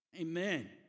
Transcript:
Amen